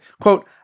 quote